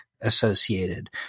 associated